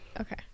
Okay